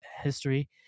history